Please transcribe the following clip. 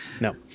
No